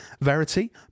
Verity